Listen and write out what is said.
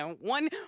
One